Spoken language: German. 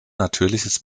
natürliches